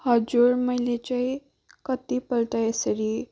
हजुर मैले चाहिँ कतिपल्ट यसरी